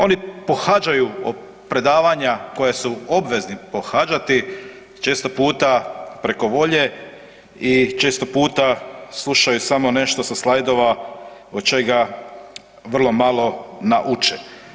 Oni pohađaju predavanja koja su obvezni pohađati često puta preko volje i često puta slušaju samo nešto sa slajdova od čega vrlo malo nauče.